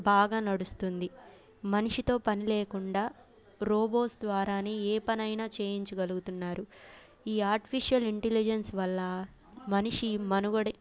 బాగా నడుస్తుంది మనిషితో పని లేకుండా రోబోస్ ద్వారానే ఏ పనైనా చేయించగలుగుతున్నారు ఈ ఆర్టిఫిషియల్ ఇంటెలిజెన్స్ వల్ల మనిషి మనుగడే